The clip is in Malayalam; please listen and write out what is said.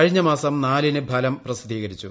കഴിഞ്ഞ മാസം നാലിന് ഫലം പ്രസിദ്ധീകരിച്ചു